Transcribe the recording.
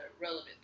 relevant